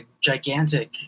gigantic